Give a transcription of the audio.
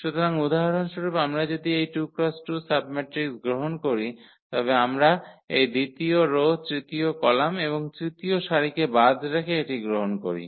সুতরাং উদাহরণস্বরূপ আমরা যদি এই 2 × 2 সাবম্যাট্রিক্স গ্রহণ করি তবে আমরা এই দ্বিতীয় রো তৃতীয় কলাম এবং তৃতীয় সারিকে বাদ রেখে এটি গ্রহণ করি